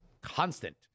constant